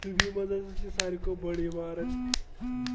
Dubai منٛز ہَسا چھُ سارِوٕے کھۅتہٕ بٔڈ عمارت